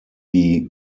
die